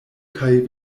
kaj